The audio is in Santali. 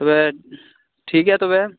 ᱛᱚᱵᱮ ᱴᱷᱤᱠᱜᱮᱭᱟ ᱛᱚᱵᱮ